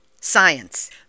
science